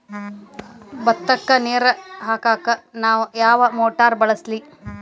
ಭತ್ತಕ್ಕ ನೇರ ಹಾಕಾಕ್ ನಾ ಯಾವ್ ಮೋಟರ್ ಬಳಸ್ಲಿ?